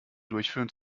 durchführen